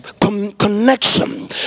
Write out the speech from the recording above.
connection